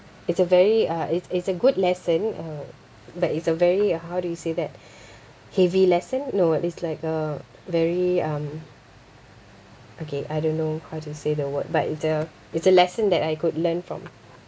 it's a very uh it's it's a good lesson uh but it's a very uh how do you see that heavy lesson no it's like a very um okay I don't know how to say the word but the it's a lesson that I could learn from